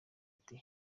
ati